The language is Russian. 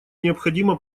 необходимо